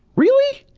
really?